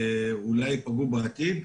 אולי ייפגעו בעתיד.